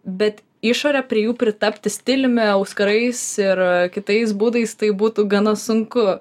bet išore prie jų pritapti stiliumi auskarais ir kitais būdais tai būtų gana sunku